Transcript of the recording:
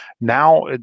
now